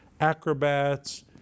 acrobats